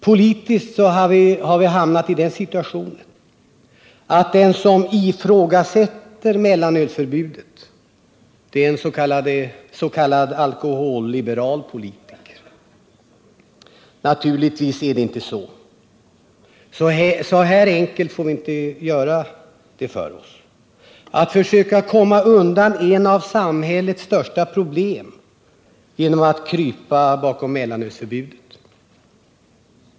Politiskt har vi hamnat i den situationen att den som ifrågasätter mellanölsförbudet är en s.k. alkoholliberal politiker. Naturligtvis är det inte så. Så enkelt får vi inte göra det för oss. Vi får inte komma undan ett av samhällets största problem genom att krypa bakom mellanölsförbudet.